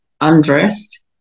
undressed